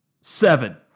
Seven